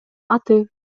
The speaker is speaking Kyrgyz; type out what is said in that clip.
аты